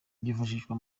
byifashishwa